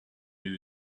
new